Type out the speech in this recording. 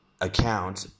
account